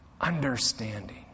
Understanding